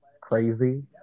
crazy